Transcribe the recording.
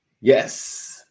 Yes